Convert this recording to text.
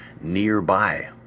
nearby